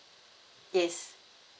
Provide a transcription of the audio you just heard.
yes